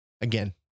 again